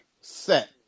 set